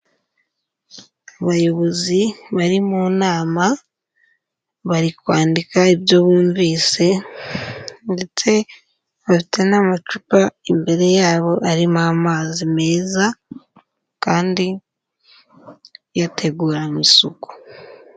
Abayobozi bari mu nama, bari kwandika ibyo bumvise ndetse bafite n'amacupa imbere yabo arimo amazi meza kandi yateguranwe isuku.